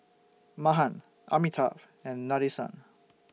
Mahan Amitabh and Nadesan